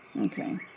Okay